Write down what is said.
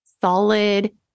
solid